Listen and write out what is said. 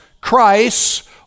Christ